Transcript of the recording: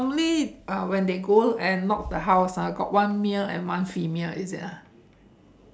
normally uh when they go and knock the house ah got one male and one female is it ah